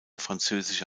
französische